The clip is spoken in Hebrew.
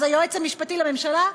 אז היועץ המשפטי לממשלה?